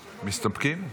מסתפקים?